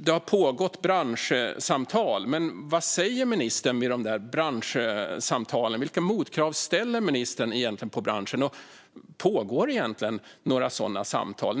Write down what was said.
det har pågått branschsamtal. Vad säger ministern vid de branschsamtalen? Vilka motkrav ställer ministern på branschen? Pågår det egentligen några sådana samtal?